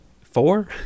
four